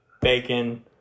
bacon